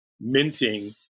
minting